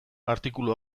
artikulu